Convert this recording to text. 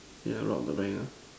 yeah rob the bank ah